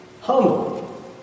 humble